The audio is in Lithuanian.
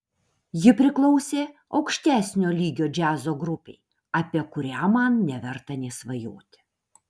ji priklausė aukštesnio lygio džiazo grupei apie kurią man neverta nė svajoti